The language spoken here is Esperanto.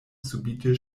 subite